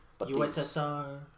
USSR